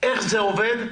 איך זה עובד?